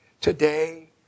today